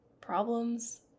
problems